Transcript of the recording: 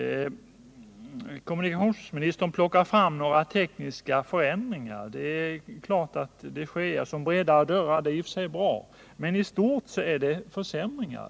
Kommunikationsministern plockar fram några tekniska förändringar såsom bredare dörrar. Det är bra att dörrarna blir bredare, men i stort blir det försämringar.